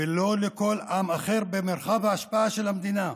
ולא לכל עם אחר, במרחב ההשפעה של המדינה.